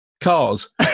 Cars